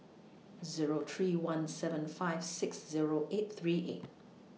Zero three one seven five six Zero eight three eight